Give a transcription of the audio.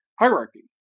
hierarchy